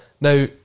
Now